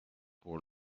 pour